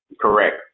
Correct